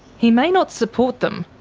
he may not support them,